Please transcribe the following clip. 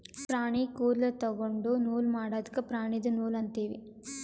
ಪ್ರಾಣಿ ಕೂದಲ ತೊಗೊಂಡು ನೂಲ್ ಮಾಡದ್ಕ್ ಪ್ರಾಣಿದು ನೂಲ್ ಅಂತೀವಿ